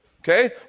Okay